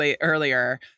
earlier